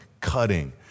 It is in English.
cutting